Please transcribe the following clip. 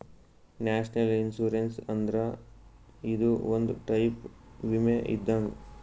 national insurance ಅಂದ್ರ ಇದು ಒಂದ್ ಟೈಪ್ ವಿಮೆ ಇದ್ದಂಗ್